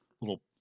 little